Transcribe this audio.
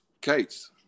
case